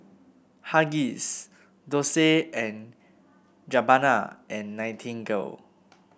Huggies Dolce and Gabbana and Nightingale